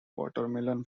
watermelon